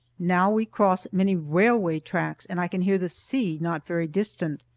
now we cross many railway tracks and i can hear the sea not very distant.